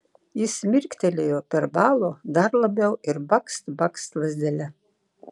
jis mirktelėjo perbalo dar labiau ir bakst bakst lazdele